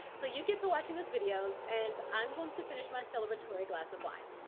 so you get to watching these videos and i'm going to finish my celebratory glass of wine.